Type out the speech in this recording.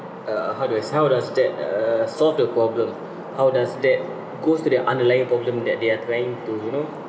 uh how do I say how does that uh solve the problem how does that go to their underlying problem that they are trying to you know